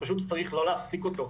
ופשוט צריך לא להפסיק אותו,